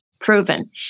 proven